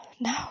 No